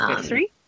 Three